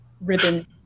ribbon